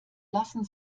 lassen